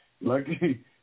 Lucky